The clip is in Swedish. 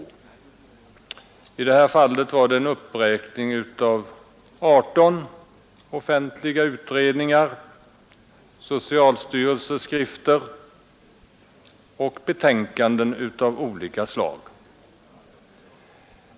I vårt fall omfattade uppräkningen 18 offentliga utredningar, socialstyrelsens skrif ter och betänkanden av olika slag.